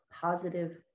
positive